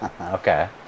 Okay